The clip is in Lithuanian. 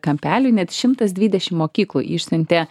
kampelių net šimtas dvidešim mokyklų išsiuntė